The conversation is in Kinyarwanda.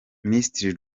minisitiri